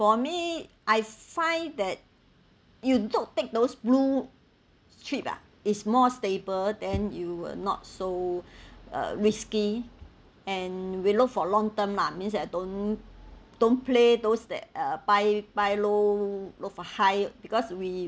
for me I find that you know take those blue strip ah is more stable then you will not so uh risky and we look for long term lah means that don't don't play those that uh buy buy low low for high because we